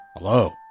Hello